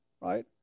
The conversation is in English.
right